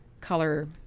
color